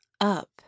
up